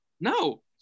No